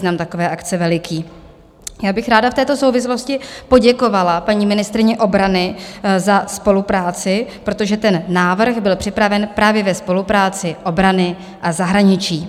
Já bych ráda v této souvislosti poděkovala paní ministryni obrany za spolupráci, protože ten návrh byl připraven právě ve spolupráci obrany a zahraničí.